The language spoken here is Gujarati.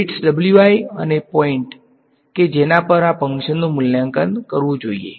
વેઈટ્સ અને પોઈંટ કે જેના પર આ ફંકશનનુ મૂલ્યાંકન કરવું જોઈએ